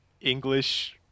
English